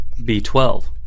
B12